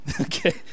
Okay